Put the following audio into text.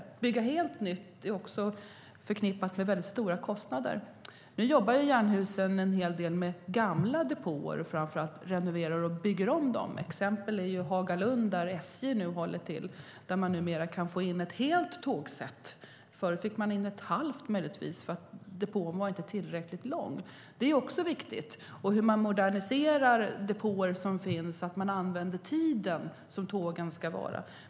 Att bygga helt nytt är också förknippat med mycket stora kostnader. Jernhusen jobbar en hel del med gamla depåer, och framför allt renoverar man och bygger om dem. Ett exempel är Hagalund, där SJ nu håller till och där man numera kan få in ett helt tågsätt. Förut fick man möjligtvis in ett halvt därför att depån inte var tillräckligt lång. Det är också viktigt hur man moderniserar depåer som finns och använder tiden för tågen på ett bra sätt.